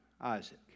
Isaac